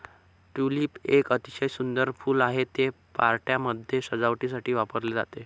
tulip एक अतिशय सुंदर फूल आहे, ते पार्ट्यांमध्ये सजावटीसाठी वापरले जाते